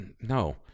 no